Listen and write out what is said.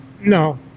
no